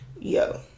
Yo